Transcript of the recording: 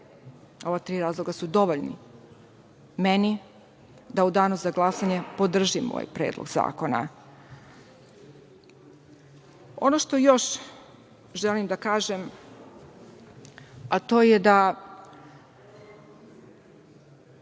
ova tri razloga su dovoljni meni da u danu za glasanje podržim ovaj predlog zakona. Ono što još želim da kažem, a to je da…